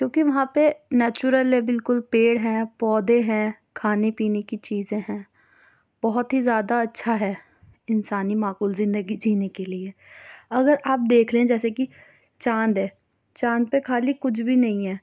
کیوں کہ وہاں پہ نیچورل ہے بالکل پیڑ ہے پودے ہے کھانے پینے کی چیزیں ہیں بہت ہی زیادہ اچھا ہے انسانی معقول زندگی جینے کے لیے اگر آپ دیکھ لیں جیسے کہ چاند ہے چاند پہ خالی کچھ بھی نہیں ہے